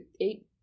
eight